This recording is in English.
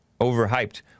overhyped